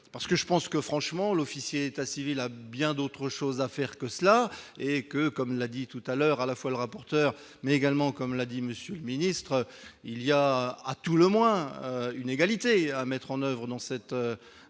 parce que je pense que franchement l'officier d'état civil, a bien d'autres choses à faire que cela et que, comme l'a dit tout à l'heure à la fois le rapporteur mais également, comme l'a dit monsieur le ministre, il y a à tout le moins une égalité à mettre en oeuvre dans cette intervention